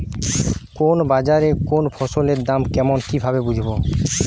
কোন বাজারে কোন ফসলের দাম কেমন কি ভাবে বুঝব?